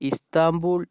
Istanbul